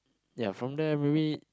ya from there maybe